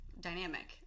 dynamic